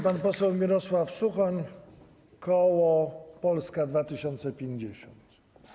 Pan poseł Mirosław Suchoń, koło Polska 2050.